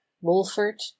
wolfert